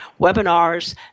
webinars